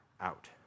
out